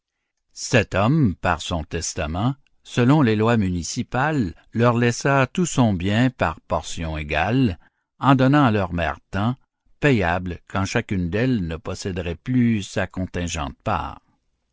cet homme par son testament selon les lois municipales leur laissa tout son bien par portions égales en donnant à leur mère tant payable quand chacune d'elles ne posséderait plus sa contingente part